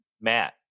Matt